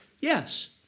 Yes